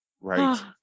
right